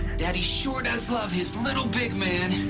daddy sure does love his little big man!